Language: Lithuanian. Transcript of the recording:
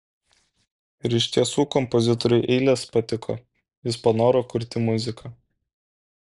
ir iš tiesų kompozitoriui eilės patiko jis panoro kurti muziką